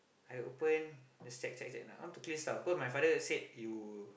I open check check check I want to clear stuff cause my father said you